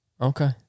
Okay